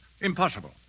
impossible